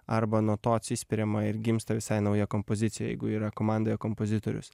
arba nuo to atsispiriama ir gimsta visai nauja kompozicija jeigu yra komandoje kompozitorius